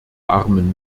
armen